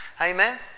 Amen